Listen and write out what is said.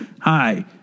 hi